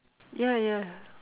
ya ya